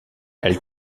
elle